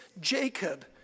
Jacob